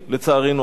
חבר הכנסת אייכלר.